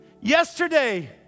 yesterday